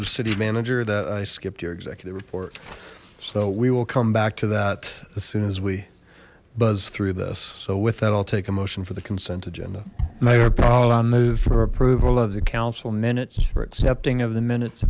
of city manager that i skipped your executive report so we will come back to that as soon as we buzz through this so with that i'll take a motion for the consent agenda mayor paul i move for approval of the council minutes